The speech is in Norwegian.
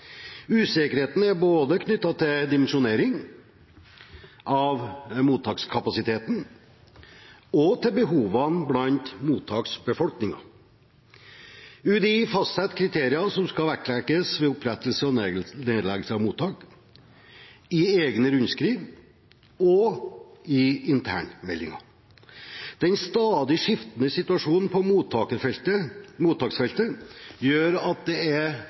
Usikkerheten er både knyttet til dimensjonering av mottakskapasiteten og til behovene blant mottaksbefolkningen. UDI fastsetter kriterier som skal vektlegges ved opprettelse og nedleggelse av mottak, i egne rundskriv og i internmeldinger. Den stadig skiftende situasjonen på mottaksfeltet gjør at det er